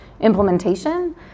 implementation